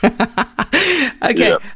Okay